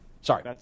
Sorry